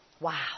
wow